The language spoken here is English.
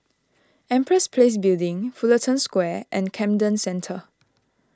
Empress Place Building Fullerton Square and Camden Centre